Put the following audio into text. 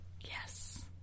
Yes